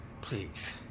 Please